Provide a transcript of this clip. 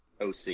OC